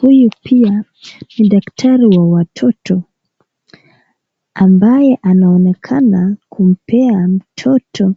Huyu pia ni daktari wa watoto ambaye anaonekana kumpea mtoto